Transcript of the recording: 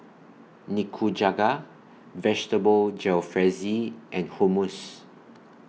Nikujaga Vegetable Jalfrezi and Hummus